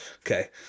okay